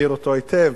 אני מכיר אותו היטב.